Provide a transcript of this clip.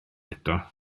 eto